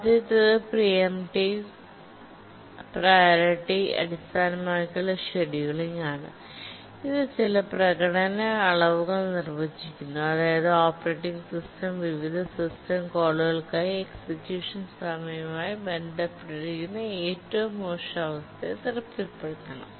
ആദ്യത്തേത് preemptive priority അടിസ്ഥാനമാക്കിയുള്ള scheduling ആണ് ഇത് ചില പ്രകടന അളവുകൾ നിർവചിക്കുന്നു അതായത് ഓപ്പറേറ്റിംഗ് സിസ്റ്റം വിവിധ സിസ്റ്റം കോളുകൾക്കായി എക്സിക്യൂഷൻ സമയവുമായി ബന്ധപ്പെട്ടിരിക്കുന്ന ഏറ്റവും മോശം അവസ്ഥയെ തൃപ്തിപ്പെടുത്തണം